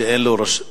תושבים, שאין לו דואר,